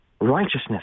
righteousness